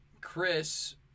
Chris